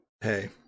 hey